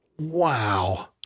Wow